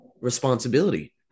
responsibility